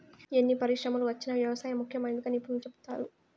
ఎన్ని పరిశ్రమలు వచ్చినా వ్యవసాయం ముఖ్యమైనదిగా నిపుణులు సెప్తారు